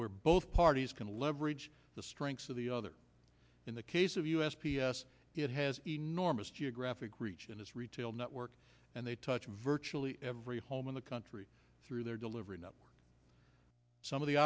where both parties can leverage the strengths of the other in the case of u s p s it has enormous geographic reach in its retail network and they touch virtually every home in the country through their delivery network some of the